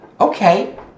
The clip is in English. okay